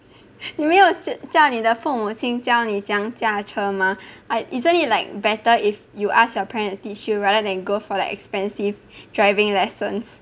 你没有叫你的父母亲教你怎样驾车吗 isn't it like better if you ask your parents to teach you rather than go for the expensive driving lessons